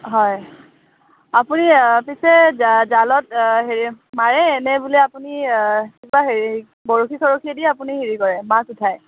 হয় আপুনি পিছে জা জালত হেৰি মাৰে নে বোলে আপুনি কিবা হেৰি বৰশী চৰশী দি আপুনি হেৰি কৰে মাছ উঠায়